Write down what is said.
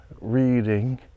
reading